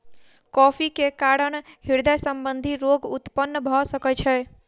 coffee के कारण हृदय संबंधी रोग उत्पन्न भअ सकै छै